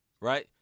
right